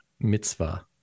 mitzvah